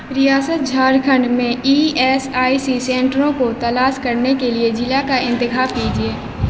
ریاست جھارکھنڈ میں E S I C سینٹروں کو تلاش کرنے کے لیے ضلع کا انتخاب کیجیے